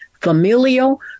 familial